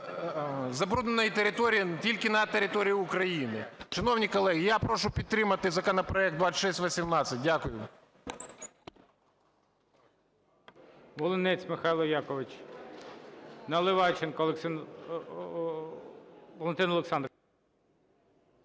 забруднені території не тільки на території України. Шановні колеги, я прошу підтримати законопроект 2618. Дякую.